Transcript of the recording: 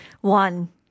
One